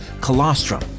colostrum